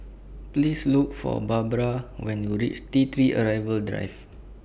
Please Look For Barbra when YOU REACH T three Arrival Drive